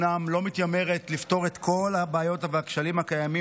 ותיכנס לספר החוקים.